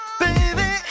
baby